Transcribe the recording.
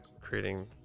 creating